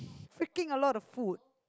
freaking a lot of food